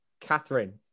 catherine